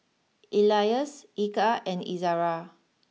Elyas Eka and Izzara